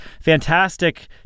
fantastic